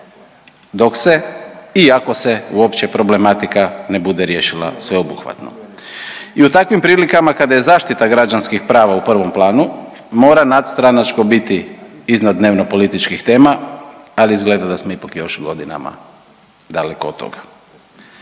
dok se i ako se uopće problematika ne bude riješila sveobuhvatno. I u takvim prilikama kada je zaštita građanskih prava u prvom planu mora nadstranačko biti iznad dnevnopolitičkih tema, ali izgleda da smo ipak još godinama daleko od toga.